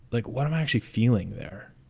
like what i'm actually feeling there?